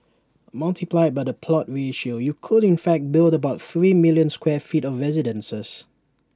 multiplied by the plot ratio you could in fact build about three million square feet of residences